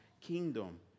kingdom